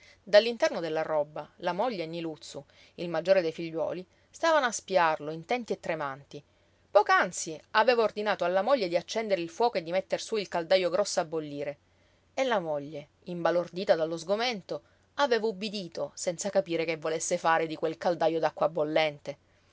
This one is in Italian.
dall'interno della roba la moglie e niluzzu il maggiore dei figliuoli stavano a spiarlo intenti e tremanti poc'anzi aveva ordinato alla moglie di accendere il fuoco e di metter sú il caldajo grosso a bollire e la moglie imbalordita dallo sgomento aveva ubbidito senza capire che volesse fare di quel caldajo d'acqua bollente